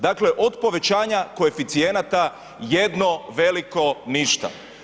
Dakle od povećanja koeficijenata jedno veliko ništa.